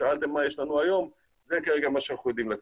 שאלתם מה יש לנו היום וזה כרגע מה שאנחנו יודעים לתת.